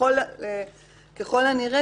ככל הנראה,